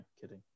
kidding